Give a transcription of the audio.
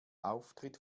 auftritt